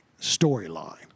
storyline